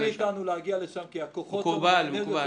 למנוע מאתנו להגיע לשם כי הכוחות והאנרגיות